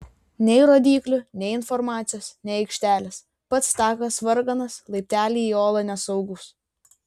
nei rodyklių nei informacijos nei aikštelės pats takas varganas laipteliai į olą nesaugūs